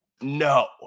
no